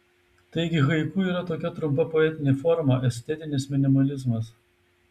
taigi haiku yra tokia trumpa poetinė forma estetinis minimalizmas